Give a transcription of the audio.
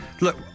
Look